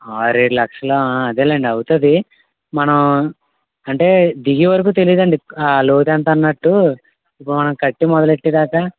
ఆరేడు లక్షలా అదే లేండి అవుతాది మనం అంటే దిగే వరకు తెలీదు అండి ఆ లోతు ఎంతన్నట్టు ఇప్పుడు మనం కట్టు మొదలెట్టే దాకా